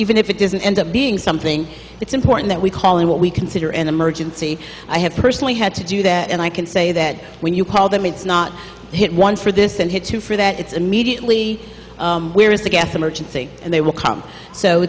even if it doesn't end up being something it's important that we call it what we consider an emergency i have personally had to do that and i can say that when you call them it's not hit one for this and hits you for that it's immediately where is the gas emergency and they will come so